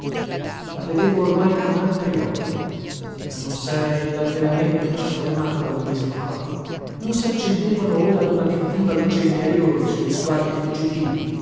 la vedevo ormai con altri occhi ma non sera ella veramente trasformata da un mese in qua non saccendevano ora duna più viva luce interiore i suoi sguardi fuggitivi